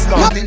no